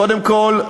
קודם כול,